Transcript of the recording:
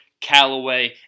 Callaway